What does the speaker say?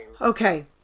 Okay